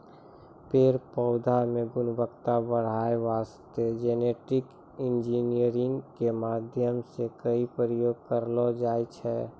पेड़ पौधा मॅ गुणवत्ता बढ़ाय वास्तॅ जेनेटिक इंजीनियरिंग के माध्यम सॅ कई प्रयोग करलो जाय छै